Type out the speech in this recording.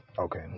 okay